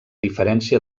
diferència